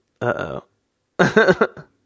Uh-oh